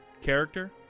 Character